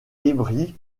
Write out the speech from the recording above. débris